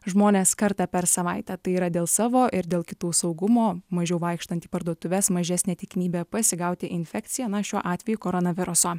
žmones kartą per savaitę tai yra dėl savo ir dėl kitų saugumo mažiau vaikštant į parduotuves mažesnė tikimybė pasigauti infekciją na šiuo atveju koronaviruso